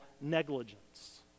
negligence